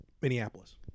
Minneapolis